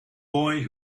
boy